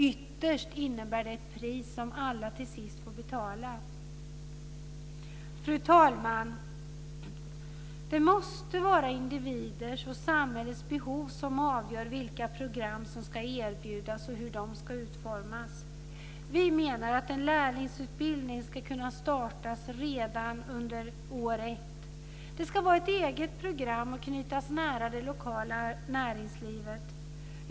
Ytterst innebär det ett pris som alla till sist får betala. Fru talman! Det måste vara individers och samhällets behov som avgör vilka program som ska erbjudas och hur de ska utformas. Vi menar att en lärlingsutbildning ska kunna startas redan det första året. Det ska vara ett eget program, och det ska knytas nära till det lokala näringslivet.